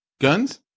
Guns